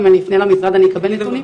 אם אני אפנה למשרד אני אקבל נתונים?